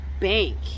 bank